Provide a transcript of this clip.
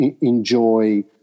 enjoy